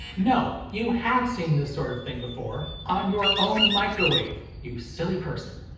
no, you have seen this sort of thing before. on your own microwave. you silly person.